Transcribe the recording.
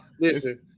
Listen